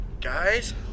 guys